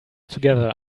together